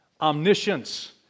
omniscience